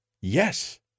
Yes